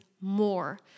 more